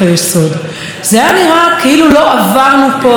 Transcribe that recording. זה היה נראה כאילו לא עברנו פה דיון בן שעות